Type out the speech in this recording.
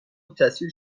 تصویر